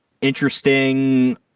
interesting